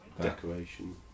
decoration